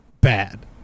bad